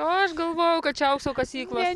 o aš galvojau kad čia aukso kasyklos